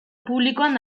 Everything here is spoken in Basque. publikoan